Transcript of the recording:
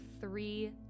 three